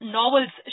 novels